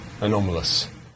anomalous